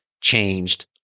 changed